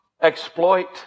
exploit